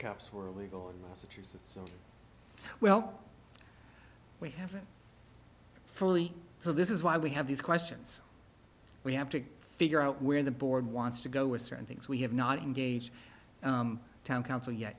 cops were illegal in most cities and so well we haven't fully so this is why we have these questions we have to figure out where the board wants to go with certain things we have not engage the town council yet